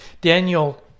Daniel